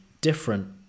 different